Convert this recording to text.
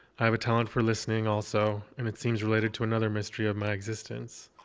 i have a talent for listening, also, and it seems related to another mystery of my existence,